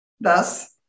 Thus